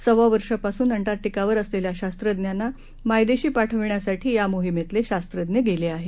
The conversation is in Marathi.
सव्वा वर्षापासून अंटार्क्टिकावर असलेल्या शास्त्रज्ञांना मायदेशी पाठवण्यासाठी या मोहिमेतले शास्त्रज्ञ गेले आहेत